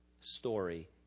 story